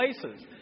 places